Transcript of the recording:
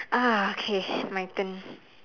ah okay my turn